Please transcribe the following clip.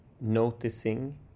noticing